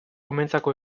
umeentzako